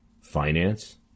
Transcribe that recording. finance